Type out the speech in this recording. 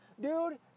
Dude